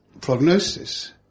prognosis